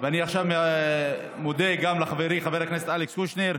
ואני עכשיו מודה גם לחברי חבר הכנסת אלכס קושניר,